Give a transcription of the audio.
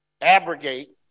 abrogate